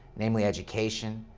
namely education,